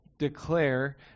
declare